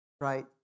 right